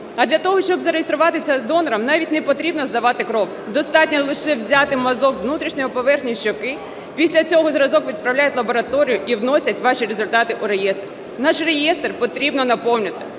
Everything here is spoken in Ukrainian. А для того, щоб зареєструватися донором навіть не потрібно здавати кров, достатньо лише взяти мазок з внутрішньої поверхні щоки, після зразок відправляють в лабораторію і вносять ваші результати у реєстр. Наш реєстр потрібно наповнювати.